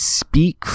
speak